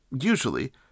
Usually